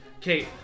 Kate